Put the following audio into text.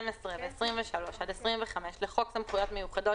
12 ו-23 עד 25 לחוק סמכויות מיוחדות